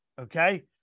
okay